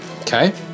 Okay